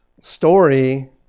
story